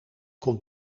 komt